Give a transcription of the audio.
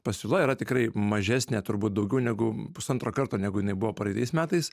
pasiūla yra tikrai mažesnė turbūt daugiau negu pusantro karto negu jinai buvo praeitais metais